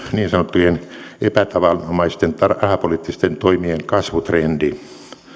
niin sanottujen epätavanomaisten rahapoliittisten toimien kasvutrendi